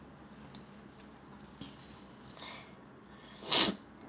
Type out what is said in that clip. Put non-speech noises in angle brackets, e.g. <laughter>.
<breath>